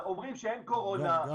אומרים שאין קורונה,